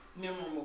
memorable